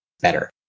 better